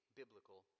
biblical